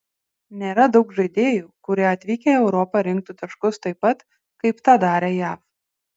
nėra daug žaidėjų kurie atvykę į europą rinktų taškus taip pat kaip tą darė jav